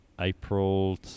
April